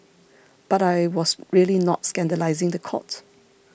but I was really not scandalising the court